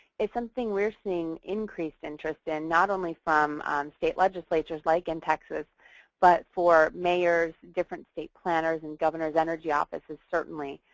is something we're seeing increase interest in not only from state legislatures like in texas but for mayors, different state planners, and governors energy offices certainly.